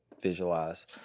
visualize